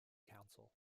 council